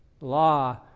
Law